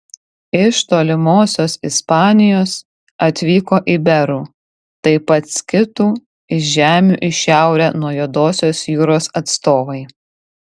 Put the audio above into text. iš tolimosios ispanijos atvyko iberų taip pat skitų iš žemių į šiaurę nuo juodosios jūros atstovai